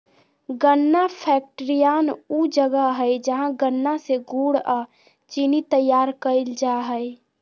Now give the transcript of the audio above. गन्ना फैक्ट्रियान ऊ जगह हइ जहां गन्ना से गुड़ अ चीनी तैयार कईल जा हइ